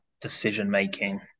decision-making